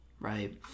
right